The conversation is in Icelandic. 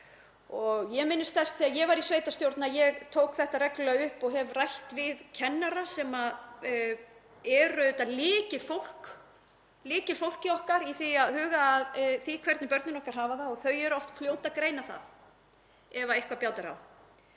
Ég minnist þess þegar ég var í sveitarstjórn að ég tók þetta reglulega upp og hef rætt við kennara, sem eru auðvitað lykilfólkið okkar í því að huga að því hvernig börnin okkar hafa það og þau eru oft fljót að greina það ef eitthvað bjátar á.